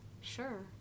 sure